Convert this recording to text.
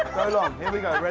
long. here we go,